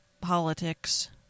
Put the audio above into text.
politics